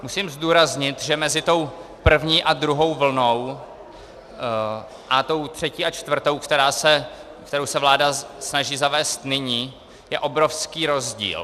Musím zdůraznit, že mezi první a druhou vlnou a tou třetí a čtvrtou, kterou se vláda snaží zavést nyní, je obrovský rozdíl.